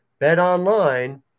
BetOnline